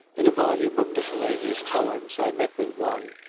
in a volume of miscellaneous poems i met with one,